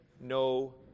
no